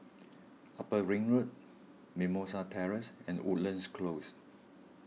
Upper Ring Road Mimosa Terrace and Woodlands Close